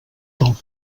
del